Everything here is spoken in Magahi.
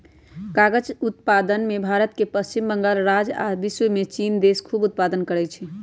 कागज़ उत्पादन में भारत के पश्चिम बंगाल राज्य आ विश्वमें चिन देश खूब उत्पादन करै छै